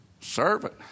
Servant